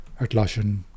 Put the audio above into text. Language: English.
Atlassian